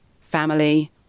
Family